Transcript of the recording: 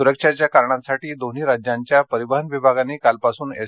सुरक्षेच्या कारणासाठी दोन्ही राज्यांच्या परिवहन विभागांनी कालपासून एस